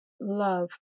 love